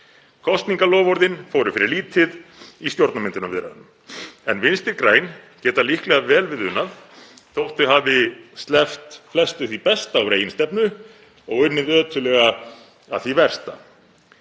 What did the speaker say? Kosningaloforðin fóru fyrir lítið í stjórnarmyndunarviðræðunum en Vinstri græn geta líklega vel við unað þótt þau hafi sleppt flestu því besta úr eigin stefnu og unnið ötullega að því versta.